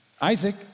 Isaac